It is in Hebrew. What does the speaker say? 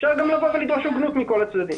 אפשר גם לבוא ולדרוש הוגנות מכל הצדדים.